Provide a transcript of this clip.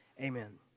Amen